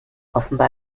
offenbar